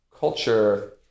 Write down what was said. Culture